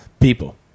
people